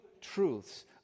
truths